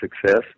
success